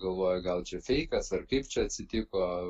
galvoju gal čia feikas ar kaip čia atsitiko